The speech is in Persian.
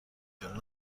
جون